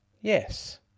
Yes